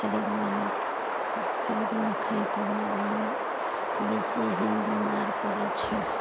खरीदुआ नहि खरीदुआ खाएके बाद लोग बेसी ही बेमार पड़ैत छै